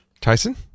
Tyson